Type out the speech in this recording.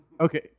Okay